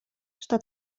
что